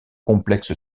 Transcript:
complexe